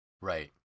right